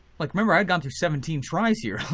like remember i've gone through seventeen tries here.